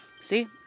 see